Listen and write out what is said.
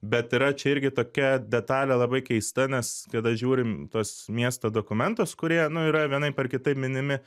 bet yra čia irgi tokia detalė labai keista nes kada žiūrim tuos miesto dokumentus kurie nu yra vienaip ar kitaip minimi